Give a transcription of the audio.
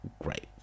Great